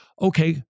Okay